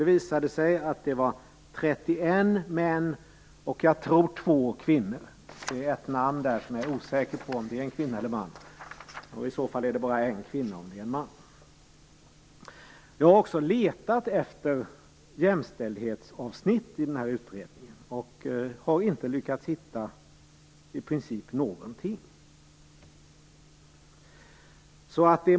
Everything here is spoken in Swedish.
Det visade sig att det var 31 män och eventuellt två kvinnor. Det är ett namn som jag är osäker på om det är en kvinnas eller en mans. Om personen är en man var det bara en kvinna. Jag har också letat efter jämställdhetsavsnitt i den utredningen men har i princip inte lyckats hitta någonting.